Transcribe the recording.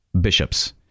bishops